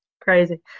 crazy